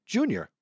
Junior